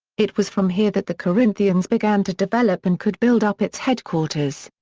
it was from here that the corinthians began to develop and could build up its headquarters.